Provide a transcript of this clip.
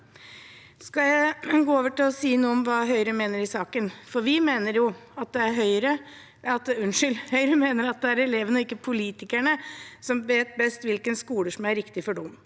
skal jeg gå over til å si noe om hva Høyre mener i saken. Vi mener at det er elevene, ikke politikerne, som vet best hvilken skole som er riktig for dem.